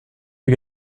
you